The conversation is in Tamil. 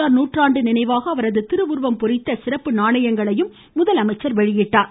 ஆர் நாற்றாண்டு நினைவாக அவரது திருவுருவம் பொறித்த சிறப்பு நாணயங்களையும் முதலமைச்சர் இன்று வெளியிட்டார்